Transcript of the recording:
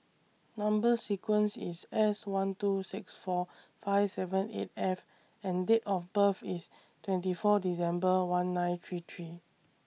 Number sequence IS S one two six four five seven eight F and Date of birth IS twenty four December one nine three three